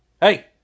hey